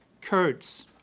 Kurds